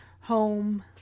home